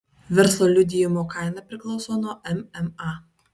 verslo liudijimo kaina priklauso nuo mma